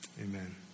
Amen